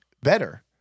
better